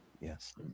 Yes